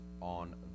on